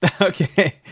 okay